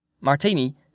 Martini